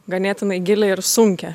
ganėtinai gilią ir sunkią